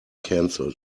canceled